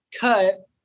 cut